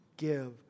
Give